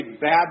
bad